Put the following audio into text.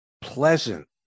pleasant